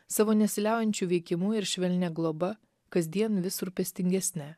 savo nesiliaujančiu veikimu ir švelnia globa kasdien vis rūpestingesni